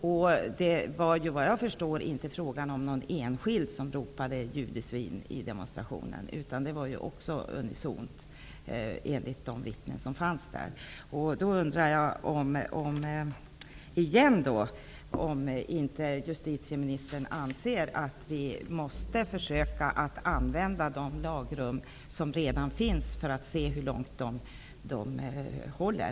Såvitt jag förstår var det inte någon enskild person som under demonstrationen ropade ''judesvin''. Det skedde enligt vittnen unisont. Jag undrar om inte justitieministern anser att vi måste försöka använda de lagrum som redan finns, och se i vilken utsträckning de räcker.